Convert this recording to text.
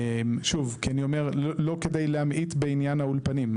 שוב, לא כדי להמעיט בעניין האולפנים.